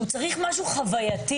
הוא צריך משהו חווייתי.